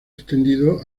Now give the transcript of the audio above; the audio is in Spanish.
extendido